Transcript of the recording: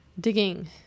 digging